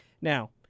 now